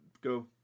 go